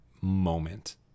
moment